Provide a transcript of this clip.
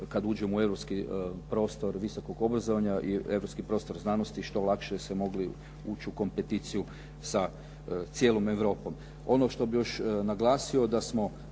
kada uđemo u europski prostor visokog obrazovanja i europski prostor znanosti i što lakše se mogli ući u kompeticiju sa cijelom Europom. Ono što bih još naglasio da smo